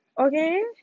Okay